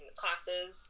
classes